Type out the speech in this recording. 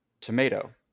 tomato